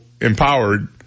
empowered